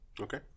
Okay